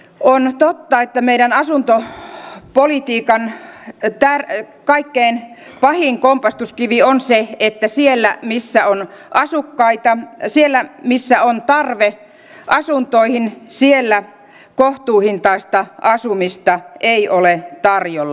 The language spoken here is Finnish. on totta että meidän asuntopolitiikan kaikkein pahin kompastuskivi on se että siellä missä on tarve asuntoihin kohtuuhintaista asumista ei ole tarjolla